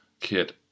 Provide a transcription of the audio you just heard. kit